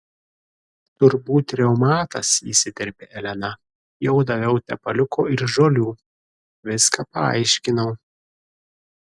turbūt reumatas įsiterpė elena jau daviau tepaliuko ir žolių viską paaiškinau